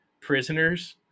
Prisoners